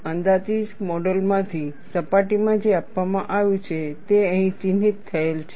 અંદાજિત મોડેલ માંથી સપાટીમાં જે આપવામાં આવ્યું છે તે અહીં ચિહ્નિત થયેલ છે